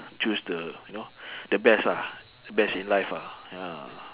choose the you know the best ah the best in life ah ya